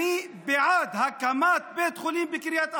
אני בעד הקמת בית חולים בקריית אתא,